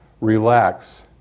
relax